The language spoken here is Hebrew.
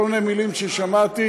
כל מיני מילים ששמעתי,